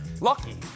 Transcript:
Lucky